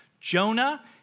Jonah